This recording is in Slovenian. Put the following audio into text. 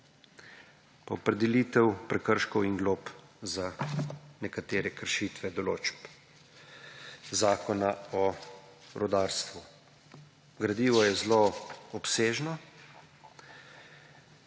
opredelitev prekrškov in glob za nekatere kršitve določb Zakona o rudarstvu. Gradivo je zelo obsežno.